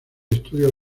estudios